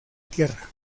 tierra